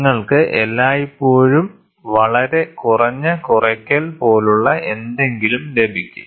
നിങ്ങൾക്ക് എല്ലായ്പ്പോഴും വളരെ കുറഞ്ഞ കുറയ്ക്കൽ പോലുള്ള എന്തെങ്കിലും ലഭിക്കും